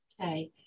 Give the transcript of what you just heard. Okay